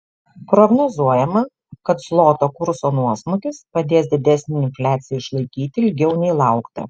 prognozuojama kad zloto kurso nuosmukis padės didesnę infliaciją išlaikyti ilgiau nei laukta